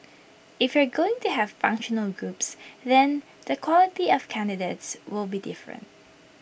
if you're going to have functional groups then the quality of candidates will be different